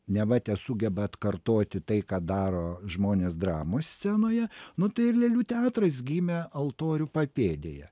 neva tesugeba atkartoti tai ką daro žmonės dramos scenoje nu tai ir lėlių teatras gimė altorių papėdėje